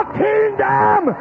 kingdom